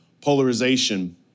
polarization